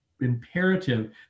imperative